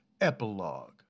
epilogue